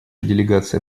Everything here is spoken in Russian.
делегация